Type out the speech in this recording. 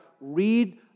read